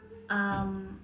um